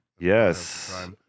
Yes